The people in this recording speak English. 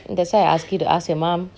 that's why I ask you to ask your mum